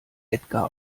edgar